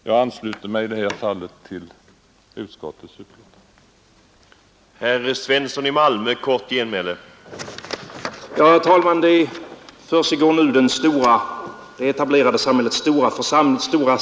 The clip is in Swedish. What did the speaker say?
Jag ansluter mig till utskottets förslag.